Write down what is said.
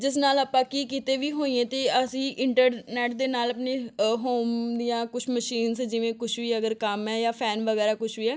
ਜਿਸ ਨਾਲ ਆਪਾਂ ਕੀ ਕਿਤੇ ਵੀ ਹੋਈਏ ਤਾਂ ਅਸੀਂ ਇੰਟਰਨੈੱਟ ਦੇ ਨਾਲ ਆਪਣੇ ਹੋਮ ਜਾਂ ਕੁਛ ਮਸ਼ੀਨਸ ਜਿਵੇਂ ਕੁਛ ਵੀ ਅਗਰ ਕੰਮ ਹੈ ਯਾਂ ਫੈਨ ਵਗੈਰਾ ਕੁਛ ਵੀ ਹੈ